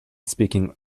speaking